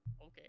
Okay